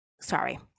sorry